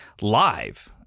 live